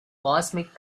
cosmic